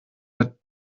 der